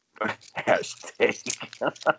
Hashtag